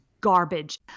garbage